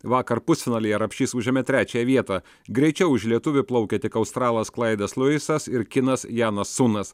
vakar pusfinalyje rapšys užėmė trečiąją vietą greičiau už lietuvį plaukė tik australas klaidas luisas ir kinas janas sunas